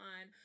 on